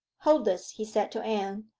hold this he said to anne,